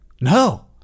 No